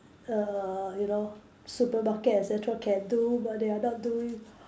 err you know supermarket et cetera can do but they are not doing